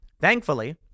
thankfully